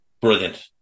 Brilliant